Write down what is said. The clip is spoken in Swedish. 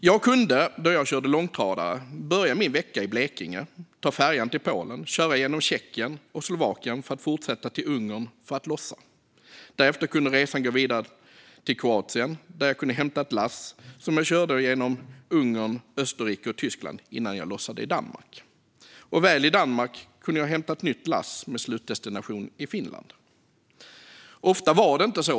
Jag kunde då jag körde långtradare börja min vecka i Blekinge, ta färjan till Polen, köra igenom Tjeckien och Slovakien för att fortsätta till Ungern för att lossa. Därefter kunde resan gå vidare till Kroatien där jag kunde hämta ett lass som jag körde med genom Ungern, Österrike och Tyskland innan jag lossade det i Danmark. Väl i Danmark kunde jag hämta ett nytt lass, med slutdestination i Finland. Ofta var det inte så.